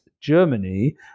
Germany